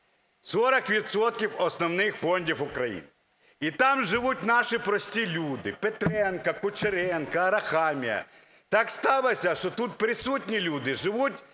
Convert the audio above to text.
основних фондів України, і там живуть наші прості люди: Петренко, Кучеренко, Арахамія. Так сталося, що тут присутні люди живуть